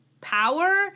power